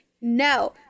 No